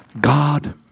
God